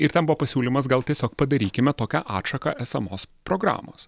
ir tampa pasiūlymas gal tiesiog padarykime tokią atšaką esamos programos